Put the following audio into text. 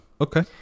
Okay